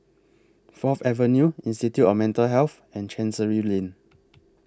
Fourth Avenue Institute of Mental Health and Chancery Lane